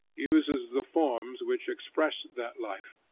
uses the forms which express that life,